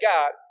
God